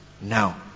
Now